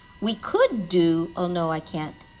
we could do oh, no, i can't.